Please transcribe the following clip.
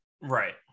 right